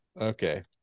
Okay